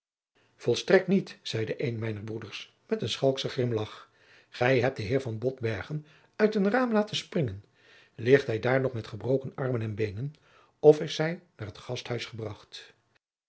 volstrekt niet zeide een mijner broeders met een schalkschen grimlagch gij hebt den heer van botbergen uit een raam laten springen ligt hij daar nog met gebroken armen en beenen of is hij naar het gasthuis gebracht